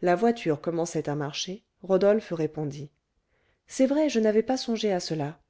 la voiture commençait à marcher rodolphe répondit c'est vrai je n'avais pas songé à cela